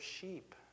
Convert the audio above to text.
sheep